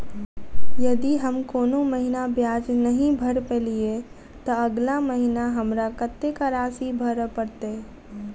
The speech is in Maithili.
यदि हम कोनो महीना ब्याज नहि भर पेलीअइ, तऽ अगिला महीना हमरा कत्तेक राशि भर पड़तय?